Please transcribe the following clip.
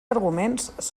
arguments